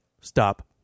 Stop